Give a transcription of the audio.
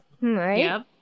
Right